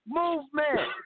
movement